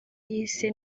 yise